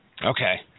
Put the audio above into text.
Okay